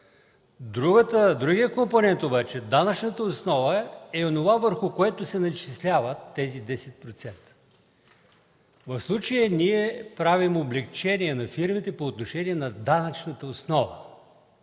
Другият компонент обаче – данъчната основа, е онова, върху което се начисляват тези 10%. В случая правим облекчение на фирмите по отношение на данъчната основа